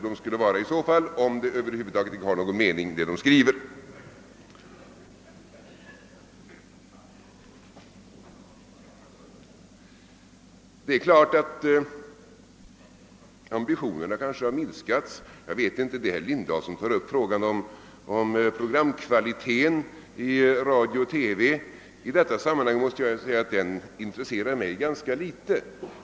Det kan hända att ambitionerna kan ha minskat, det vet jag inte. Det är herr Lindahl som för upp frågan om programkvaliteten i radio och TV. Den intresserar mig dock ganska litet.